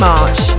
March